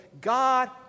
God